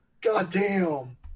Goddamn